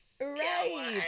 right